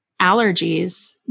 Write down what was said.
allergies